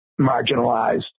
marginalized